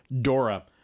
Dora